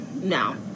No